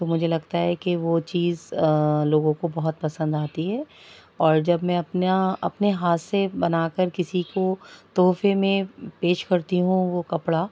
تو مجھے لگتا ہے کہ وہ چیز لوگوں کو بہت پسند آتی ہے اور جب میں اپنا اپنے ہاتھ سے بنا کر کسی کو تحفے میں پیش کرتی ہوں وہ کپڑا